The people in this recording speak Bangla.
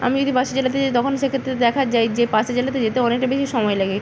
আমি যদি পাশের জেলাতে যাই তখন সেক্ষেত্রে দেখা যায় যে পাশের জেলাতে যেতে অনেকটা বেশি সময় লাগে